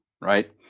right